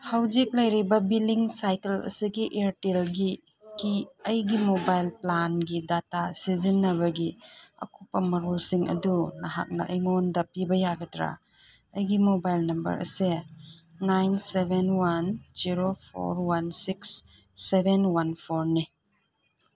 ꯍꯧꯖꯤꯛ ꯂꯩꯔꯤꯕ billing cycle ꯑꯁꯤꯒꯤ ꯏꯌꯔꯇꯦꯜꯒꯤ ꯑꯩꯒꯤ ꯃꯣꯕꯥꯏꯜ ꯄ꯭ꯂꯥꯟꯒꯤ ꯗꯇꯥ ꯁꯤꯖꯤꯟꯅꯕꯒꯤ ꯑꯀꯨꯞꯄ ꯃꯔꯤꯜꯁꯤꯡ ꯑꯗꯨ ꯅꯍꯥꯛꯅ ꯑꯩꯉꯣꯟꯗ ꯄꯤꯕ ꯌꯥꯒꯗ꯭ꯔꯥ ꯑꯩꯒꯤ ꯃꯣꯕꯥꯏꯜ ꯅꯝꯕꯔ ꯑꯁꯦ nine seven one zero four one six seven one ꯐꯣꯔꯅꯤ